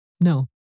No